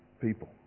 people